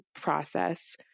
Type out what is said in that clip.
process